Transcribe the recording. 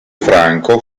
franco